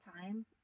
time